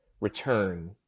return